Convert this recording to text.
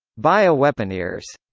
bioweaponeers